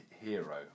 hero